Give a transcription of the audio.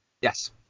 Yes